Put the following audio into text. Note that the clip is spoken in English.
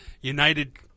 United